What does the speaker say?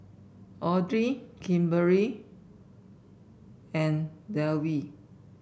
Audry Kimberli and Delwin